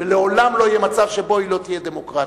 ולעולם לא יהיה מצב שבו היא לא תהיה דמוקרטית.